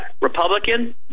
Republican